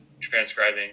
transcribing